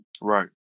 Right